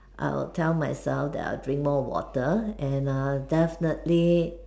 I will tell myself that I will drink more water and err definitely